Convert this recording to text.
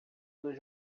dos